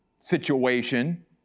situation